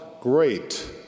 great